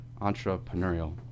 entrepreneurial